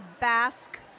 Basque